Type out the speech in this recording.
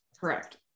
Correct